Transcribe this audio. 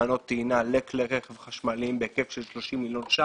לתחנות טעינה לכלי רכב חשמליים בהיקף של 30 מיליון שקלים.